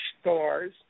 stores